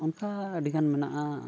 ᱚᱱᱠᱟ ᱟᱹᱰᱤ ᱜᱟᱱ ᱢᱮᱱᱟᱜᱼᱟ